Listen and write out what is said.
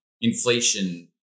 inflation